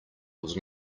was